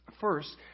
First